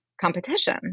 competition